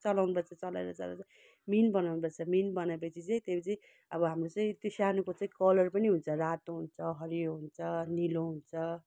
चलाउनु पर्छ चलाएर चलाएर मिहिन बनाउनु पर्छ मिहिन बनाए पछि चाहिँ त्यो चाहिँ अब हाम्रो चाहिँ त्यो सानोको चाहिँ कलर पनि हुन्छ रातो हुन्छ हरियो हुन्छ निलो हुन्छ